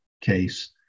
case